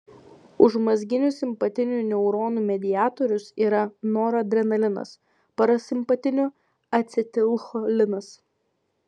užmazginių simpatinių neuronų mediatorius yra noradrenalinas parasimpatinių acetilcholinas